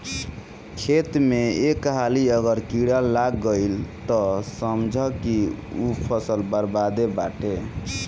खेत में एक हाली अगर कीड़ा लाग गईल तअ समझअ की सब फसल बरबादे बाटे